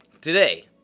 Today